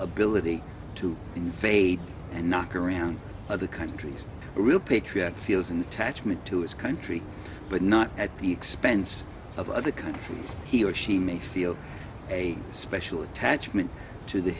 ability to invade and knock around other countries a real patriot feels an attachment to his country but not at the expense of other kind from he or she may feel a special attachment to the